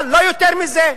אבל לא יותר מזה.